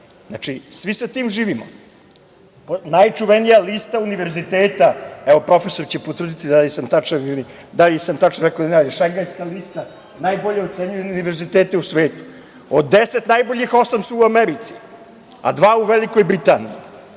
Znači, svi sa tim živimo. Najčuvenija lista univerziteta, profesor će potvrditi da li sam tačno rekao ili ne, je Šangajska lista najbolje ocenjenih univerziteta u svetu. Od deset najboljih osam je u Americi, a dva u Velikoj Britaniji,